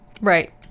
Right